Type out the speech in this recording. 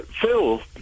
Phil